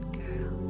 girl